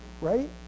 right